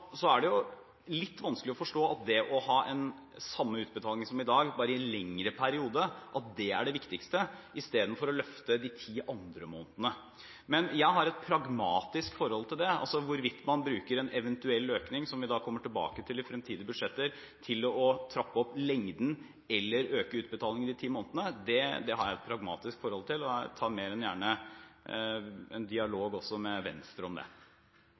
er det jo litt vanskelig å forstå at det å ha den samme utbetalingen som i dag, bare i en lengre periode, er det viktigste istedenfor å løfte de ti andre månedene. Men jeg har et pragmatisk forhold til det. Hvorvidt man bruker en eventuell økning, som vi da kommer tilbake til i fremtidige budsjetter, til å trappe opp lengden eller øke utbetalingene i de ti månedene, har jeg et pragmatisk forhold til, og jeg tar mer enn gjerne en dialog også med Venstre om det.